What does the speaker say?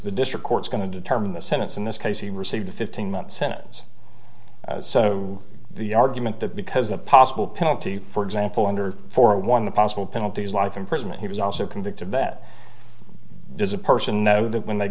the district court's going to determine the sentence in this case he received a fifteen month sentence so the argument that because the possible penalty for example under four one the possible penalties life imprisonment he was also convicted that does a person know that when they